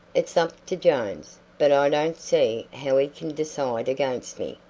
it's up to jones, but i don't see how he can decide against me.